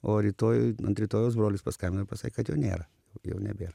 o rytoj ant rytojaus brolis paskambino ir pasak kad jo nėra jau nebėra